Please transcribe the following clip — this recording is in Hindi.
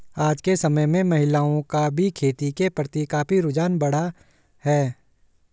आज के समय में महिलाओं का भी खेती के प्रति काफी रुझान बढ़ा है